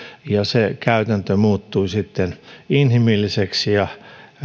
ja käytäntö muuttui sitten inhimilliseksi ja